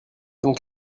donc